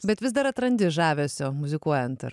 bet vis dar atrandi žavesio muzikuojant ar